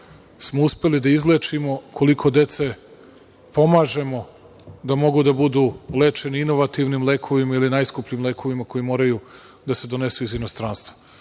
smo uspeli da izlečimo, koliko dece pomažemo da mogu da budu lečeni inovativnim lekovima ili najskupljim lekovima koji moraju da se donesu iz inostranstva.